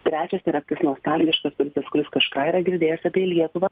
trečias yra kaip nostalgiškas turisas kuris kažką yra girdėjęs apie lietuvą